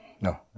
no